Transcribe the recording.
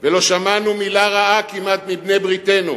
ולא שמענו מלה רעה כמעט מבעלי-בריתנו.